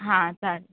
हां चालेल